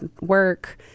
work